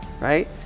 right